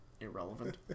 irrelevant